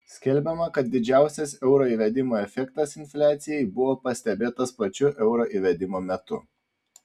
skelbiama kad didžiausias euro įvedimo efektas infliacijai buvo pastebėtas pačiu euro įvedimo metu